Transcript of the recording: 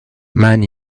man